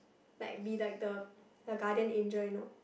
like be like the guardian angel you know